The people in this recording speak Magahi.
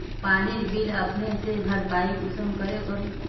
पानीर बिल अपने से भरपाई कुंसम करे करूम?